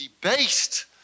debased